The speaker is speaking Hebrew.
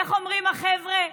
איך אומרים החבר'ה?